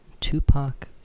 Tupac